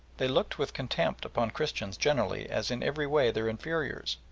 they looked with contempt upon christians generally as in every way their inferiors,